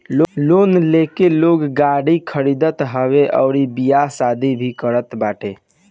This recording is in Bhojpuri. लोन लेके लोग गाड़ी खरीदत हवे अउरी बियाह शादी भी करत बाटे